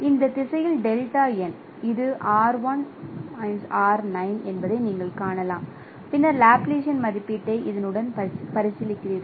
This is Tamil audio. இந்த திசையில் இது ஆர் 1 ஆர் 9 என்பதை நீங்கள் காணலாம் பின்னர் லாப்லாசியன் மதிப்பீட்டையும் இதனுடன் பரிசீலிக்கிறீர்கள்